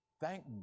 Thank